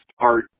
art